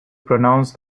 pronounce